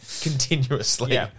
continuously